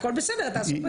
הכל בסדר, אתה עסוק בכספים.